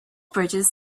bridges